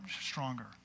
stronger